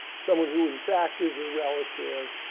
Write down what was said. someone who in fact is a relative,